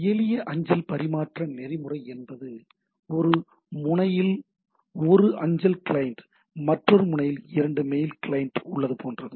எளிய அஞ்சல் பரிமாற்ற நெறிமுறை என்பது ஒரு முனையில் ஒரு அஞ்சல் கிளையண்ட் மற்றொரு முனையில் 2 மெயில் கிளையண்ட் உள்ளது போன்றது